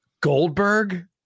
Goldberg